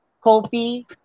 coffee